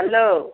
hello